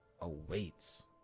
awaits